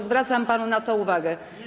Zwracam panu na to uwagę.